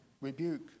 rebuke